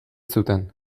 zuten